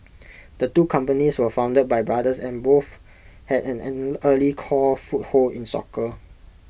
the two companies were founded by brothers and both had an an early core foothold in soccer